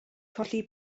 colli